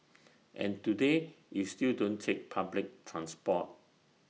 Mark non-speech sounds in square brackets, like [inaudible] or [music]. [noise] and today you still don't take public transport